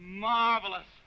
marvelous